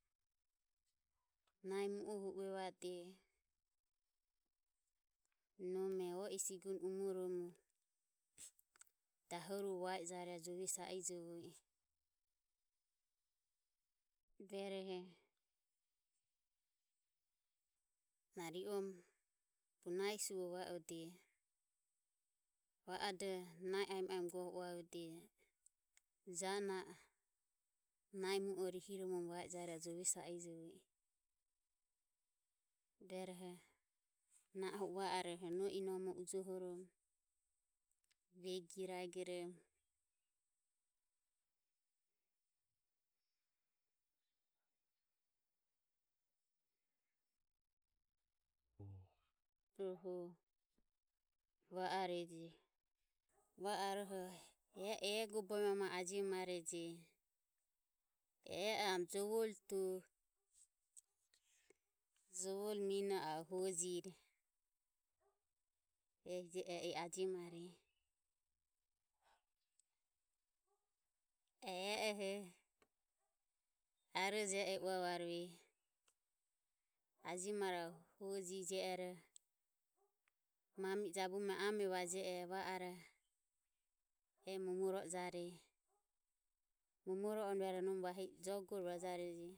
Nahi mu o huro uevade nome o i sigune umorom dahorure va ejarejo jove sa ijovo i rueroho na ri orom bogp na nahi sivue va ode. Na va ode nahi aemo aemo goho uavodeji ja o na o nahi mu o ho rihiromoromo va ejarejo jove sa ijovo I ruero na o hu o va orom nohi inome ujohorom begire aegorom rohu va areje. Va aroho e e ego bovi mae mae ajiomareje e e oho aume jovore to jovore mino e ajio hoire ehi je e e e ajiomareje. E e oho Arojo e e uavareje ajio maroho hojire jie ero mami e jabume ame vaje e va aroho momoro ojareje. Momoro oromo nome vahi e jo gore vajareje.